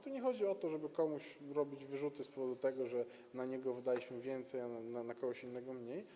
Tu nie chodzi o to, żeby komuś robić wyrzuty z tego powodu, że na niego wydaliśmy więcej, a na kogoś innego mniej.